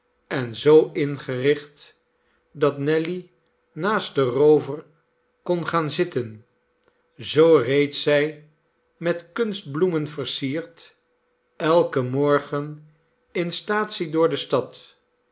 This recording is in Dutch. en zoo ingericht dat nelly naast den roover kon gaan zitten zoo reed zij met kunstbloemen versierd elken morgen in staatsie door de stad